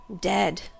Dead